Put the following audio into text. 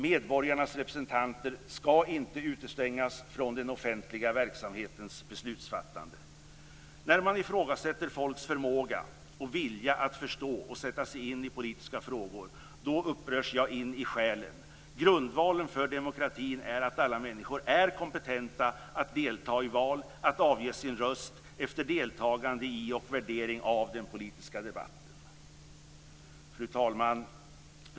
Medborgarnas representanter ska inte utestängas från den offentliga verksamhetens beslutsfattande. När man ifrågasätter folks förmåga och vilja att förstå och sätta sig in i politiska frågor upprörs jag in i själen. Grundvalen för demokratin är att alla människor är kompetenta att delta i val - att avge sin röst efter deltagande i och värdering av den politiska debatten. Fru talman!